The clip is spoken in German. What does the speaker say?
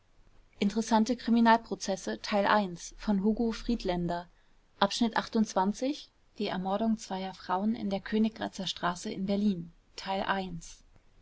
strafe im zuchthause zu bruchsal die ermordung zweier frauen in der königgrätzer straße in berlin